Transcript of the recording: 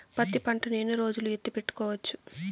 పత్తి పంటను ఎన్ని రోజులు ఎత్తి పెట్టుకోవచ్చు?